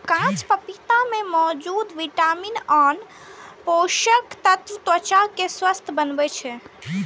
कांच पपीता मे मौजूद विटामिन आ आन पोषक तत्व त्वचा कें स्वस्थ बनबै छै